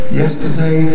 yesterday